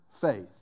faith